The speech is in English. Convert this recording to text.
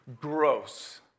Gross